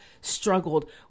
struggled